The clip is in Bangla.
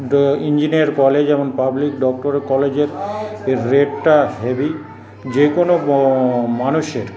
ইঞ্জিনিয়ারিং কলেজ এবং পাবলিক ডক্টর কলেজের রেটটা হেভি যে কোনো মানুষের